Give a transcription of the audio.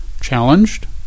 challenged